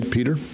Peter